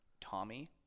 Tommy